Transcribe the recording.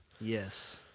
Yes